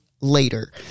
later